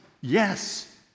Yes